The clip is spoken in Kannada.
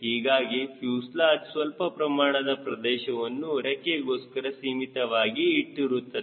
ಹೀಗಾಗಿ ಫ್ಯೂಸೆಲಾಜ್ ಸ್ವಲ್ಪ ಪ್ರಮಾಣದ ಪ್ರದೇಶವನ್ನು ರೆಕ್ಕೆ ಗೋಸ್ಕರ ಸೀಮಿತವಾಗಿ ಇಟ್ಟಿರುತ್ತದೆ